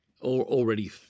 Already